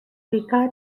vicar